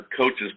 coaches